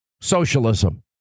socialism